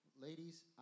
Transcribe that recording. Ladies